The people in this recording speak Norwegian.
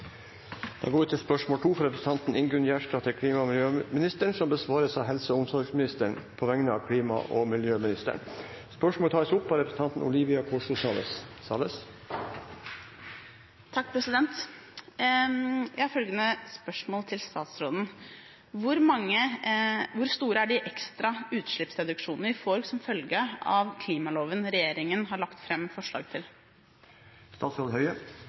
klima- og miljøministeren, vil bli besvart av helse- og omsorgsministeren på vegne av klima- og miljøministeren. Spørsmålet blir tatt opp av representanten Olivia Corso Salles. Jeg har følgende spørsmål til statsråden: «Hvor store er de ekstra utslippsreduksjonene vi får som en følge av klimaloven regjeringen har lagt frem forslag til?»